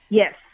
yes